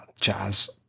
jazz